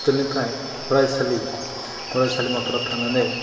हस्पिटालनिफ्राय फरायसालि फरायसालिमाफोराव थांनानै